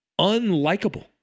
unlikable